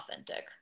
authentic